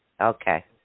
Okay